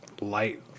light